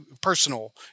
personal